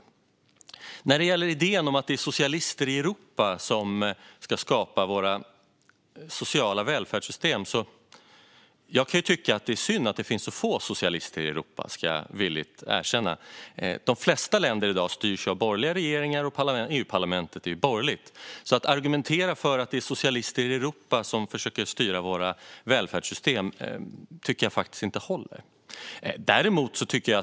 Jag kan tycka att det är synd att det finns så få socialister i Europa, ska jag villigt erkänna. Men när det gäller idén att det är socialister i Europa som ska skapa våra sociala välfärdssystem styrs ju de flesta länder i EU i dag av borgerliga regeringar, och även EU-parlamentet är borgerligt. Att argumentera för att det är socialister i Europa som försöker styra våra välfärdssystem tycker jag därför inte håller.